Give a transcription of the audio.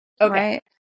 Okay